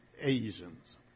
Asians